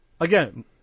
again